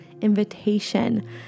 invitation